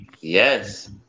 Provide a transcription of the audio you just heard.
Yes